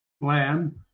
land